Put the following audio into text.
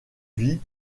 vit